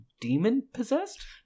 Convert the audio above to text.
demon-possessed